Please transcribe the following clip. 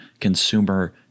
consumer